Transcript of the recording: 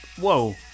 whoa